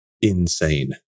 insane